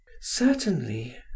Certainly